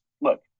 Look